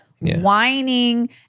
whining